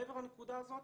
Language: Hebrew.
מעבר לנקודה הזאת,